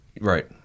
right